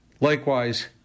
Likewise